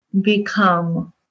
become